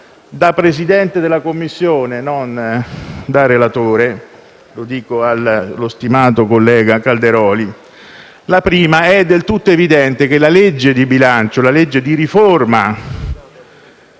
da Presidente della Commissione, non da relatore: lo dico allo stimato collega Calderoli. La prima. È del tutto evidente che la riforma della legge di bilancio